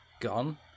gone